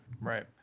Right